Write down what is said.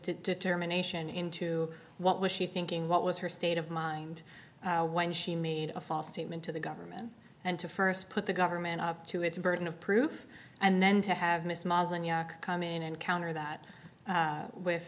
determination into what was she thinking what was her state of mind when she made a false statement to the government and to first put the government up to its burden of proof and then to have missed come in and counter that with